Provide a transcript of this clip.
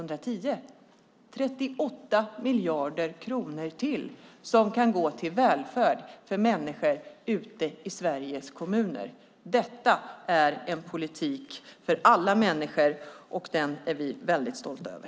Det är ytterligare 38 miljarder kronor som kan gå till välfärd för människor ute i Sveriges kommuner. Detta är en politik för alla människor, och den är vi stolta över.